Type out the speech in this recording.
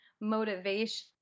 motivation –